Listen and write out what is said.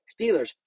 Steelers